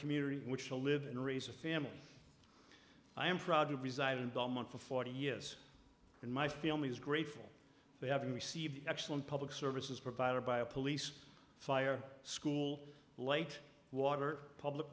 community which will live and raise a family i am proud to reside in belmont for forty years and my family is grateful they haven't received excellent public services provided by a police fire school light water public